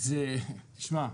תשמע,